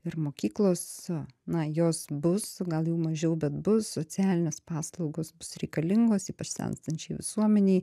ir mokyklos na jos bus gal jų mažiau bet bus socialinės paslaugos bus reikalingos ypač senstančiai visuomenei